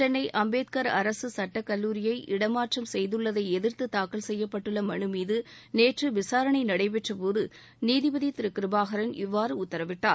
சென்ளை அம்பேத்கர் அரசு சுட்டக் கல்லூரியை இடமாற்றம் செய்துள்ளதை எதிர்த்து தாக்கல் செய்யப்பட்டுள்ள மனுமீது நேற்று விசாரணை நடைபெற்ற போது நீதிபதி கிருபாகரன் இவ்வாறு உத்தரவிட்டார்